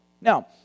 Now